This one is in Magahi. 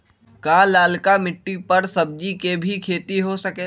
का लालका मिट्टी कर सब्जी के भी खेती हो सकेला?